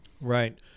Right